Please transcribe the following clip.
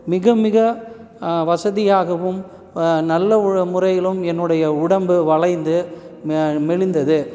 மிக மிக வசதியாகவும் நல்ல முறையிலும் என்னுடைய உடம்பு வளைந்து மெலிந்தது